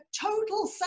total